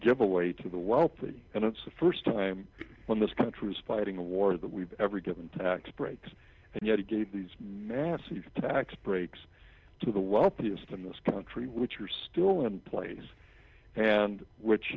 giveaway to the wealthy and it's the first time when this country was fighting a war that we've ever given tax breaks and yet he gave these massive tax breaks to the wealthiest in this country which are still in place and which